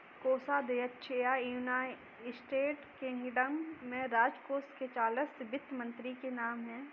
कोषाध्यक्ष या, United Kingdom में, राजकोष के चांसलर वित्त मंत्री के नाम है